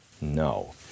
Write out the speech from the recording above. no